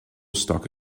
stock